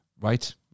right